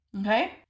okay